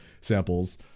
samples